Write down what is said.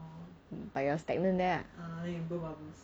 but you are stagnant there lah